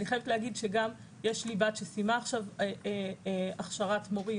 אני חייבת להגיד שגם יש לי בת שסיימה עכשיו הכשרת מורים.